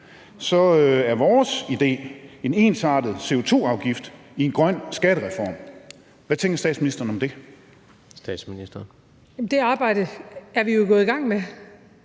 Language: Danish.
at vores idé er en ensartet CO2-afgift i en grøn skattereform. Hvad tænker statsministeren om det? Kl. 22:47 Tredje næstformand